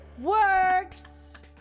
works